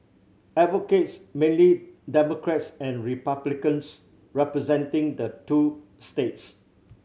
advocates mainly Democrats and Republicans representing the two states